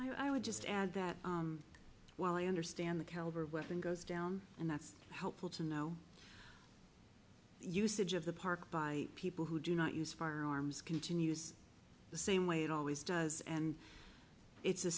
i would just add that while i understand the caliber of weapon goes down and that's helpful to know usage of the park by people who do not use firearms continues the same way it always does and it's a